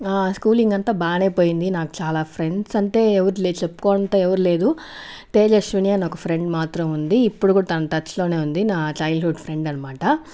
నా స్కూలింగ్ అంతా బాగానే పోయింది నాకు చాలా ఫ్రెండ్స్ అంటే ఎవరు లే చెప్పుకుంటే ఎవరు లేరు తేజస్విని అని ఒక ఫ్రెండ్ మాత్రం ఉంది ఇప్పుడు కూడా తాను టచ్లోనే ఉంది నా చైల్డ్హుడ్ ఫ్రెండ్ అనమాట